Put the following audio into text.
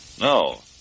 No